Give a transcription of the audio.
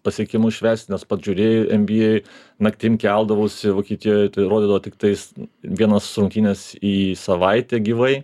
pasiekimus švęst nes pats žiūri nba naktim keldavausi vokietijoje tai rodydavo tiktais vienas rungtynes į savaitę gyvai